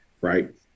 right